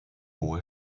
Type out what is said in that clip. hohe